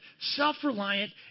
self-reliant